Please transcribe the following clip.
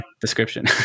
description